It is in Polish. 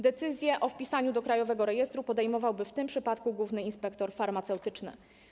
Decyzje o wpisaniu do krajowego rejestru podejmowałby w tym przypadku główny inspektor farmaceutyczny.